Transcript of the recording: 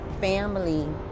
family